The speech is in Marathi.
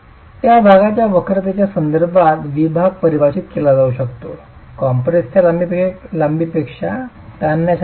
त्या भागाच्या वक्रतेच्या संदर्भात विभाग परिभाषित केला जाऊ शकतो कॉम्प्रेसच्या लांबीपेक्षा ताणण्याच्या बाबतीत